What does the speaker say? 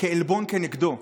כעלבון נגדו.